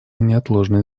неотложной